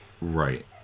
Right